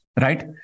right